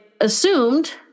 assumed